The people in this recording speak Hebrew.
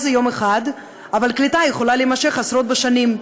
זה יום אחד אבל קליטה יכולה להימשך עשרות שנים,